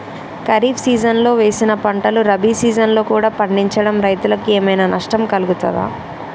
ఖరీఫ్ సీజన్లో వేసిన పంటలు రబీ సీజన్లో కూడా పండించడం రైతులకు ఏమైనా నష్టం కలుగుతదా?